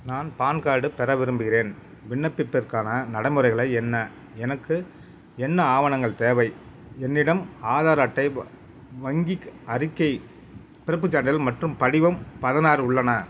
நான் PAN card பெற விரும்புகிறேன் விண்ணப்பிப்பதற்கான நடைமுறைகள் என்ன எனக்கு என்ன ஆவணங்கள் தேவை என்னிடம் ஆதார் அட்டை வ வங்கி அறிக்கை பிறப்புச் சான்றிதழ் மற்றும் படிவம் பதினாறு உள்ளன